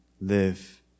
live